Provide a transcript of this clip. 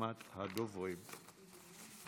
לרשימת הדוברים.